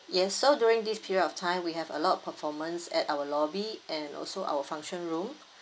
yes so during this period of time we have a lot of performance at our lobby and also our function room